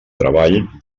treball